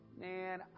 Man